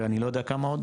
ואני לא יודע כמה עוד